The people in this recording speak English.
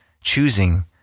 choosing